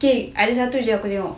K ada satu jer aku tengok